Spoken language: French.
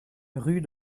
rue